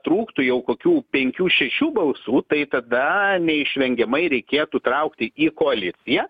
trūktų jau kokių penkių šešių balsų tai tada neišvengiamai reikėtų traukti į koaliciją